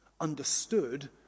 understood